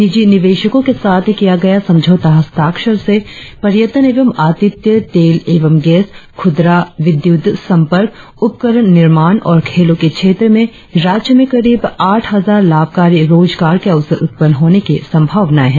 निजी निवेशको के साथ किया गया समझौता हस्ताक्षर से पर्यटन एवं आतिथ्य तेल एवं गेस खुदरा विद्युत संपर्क उपकरण निर्माण और खेलों के क्षेत्र में राज्य में करीब आठ हजार लाभकारी रोजगार के अवसर उत्पन्न होने की संभावनाएं है